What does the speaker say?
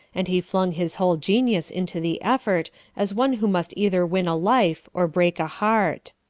and he flung his whole genius into the effort as one who must either win a life or break a heart